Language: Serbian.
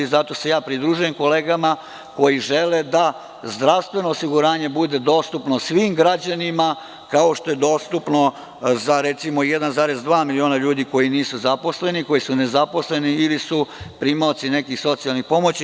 Zato se pridružujem kolegama koji žele da zdravstveno osiguranje bude dostupno svim građanima, kao što je dostupno za, recimo, 1,2 miliona ljudi koji nisu zaposleni, koji su nezaposleni ili su primaoci nekih socijalnih pomoći.